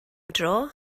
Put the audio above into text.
dro